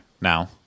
now